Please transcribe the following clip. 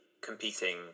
competing